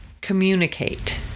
communicate